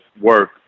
work